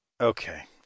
Okay